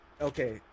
okay